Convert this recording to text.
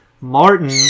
Martin